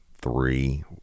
three